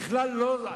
בכלל לא.